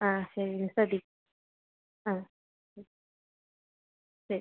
ആ ശരി ശ്രദ്ധിക്കാം ആ ശരി